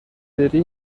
بری